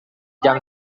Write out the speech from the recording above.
jam